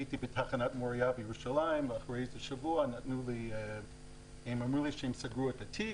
הייתי בתחנת מוריה בירושלים ואחרי שבוע הם אמרו לי שהם סגרו את התיק.